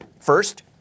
First